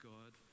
God